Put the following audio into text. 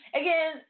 again